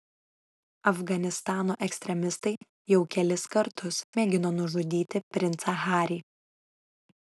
afganistano ekstremistai jau kelis kartus mėgino nužudyti princą harį